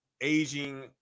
aging